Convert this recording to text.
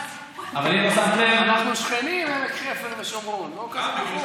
אנחנו שכנים, עמק חפר ושומרון, לא כזה רחוק.